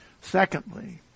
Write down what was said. Secondly